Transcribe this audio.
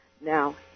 Now